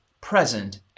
present